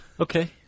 Okay